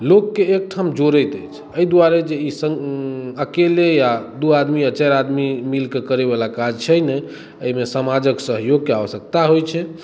लोकके एकठाम जोड़ैत अछि एहि दुआरे जे अकेले या दू आदमी या चारि आदमी मिलके करय बला काज छै नहि एहिमे समाजक सहयोग के आवश्यकता होइ छै